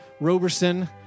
Roberson